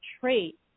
trait